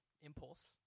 impulse